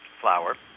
flour